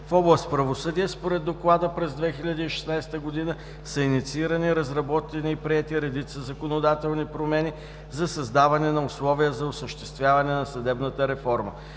В област „Правосъдие“ според Доклада през 2016 г. са инициирани, разработени и приети редица законодателни промени за създаване на условия за осъществяване на съдебната реформа.